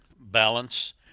balance